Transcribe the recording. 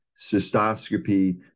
cystoscopy